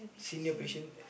senior patient